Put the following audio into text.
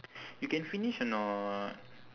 you can finish or not